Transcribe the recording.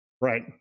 Right